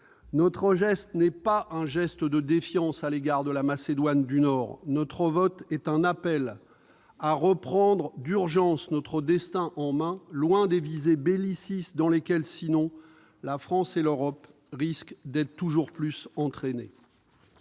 N'y voyez pas un geste de défiance à l'égard de la Macédoine du Nord : notre vote est un appel à reprendre d'urgence notre destin en main, loin des visées bellicistes dans lesquelles, à défaut, la France et l'Europe risquent de se trouver entraînées